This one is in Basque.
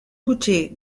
gutxi